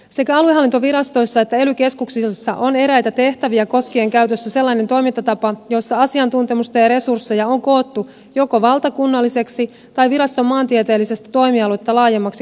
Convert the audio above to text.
sekä aluehallintovirastoissa että ely keskuksissa on eräitä tehtäviä koskien käytössä sellainen toimintatapa jossa asiantuntemusta ja resursseja on koottu joko valtakunnalliseksi tai viraston maantieteellistä toimialuetta laajemmaksi kokonaisuudeksi